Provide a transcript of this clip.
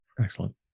Excellent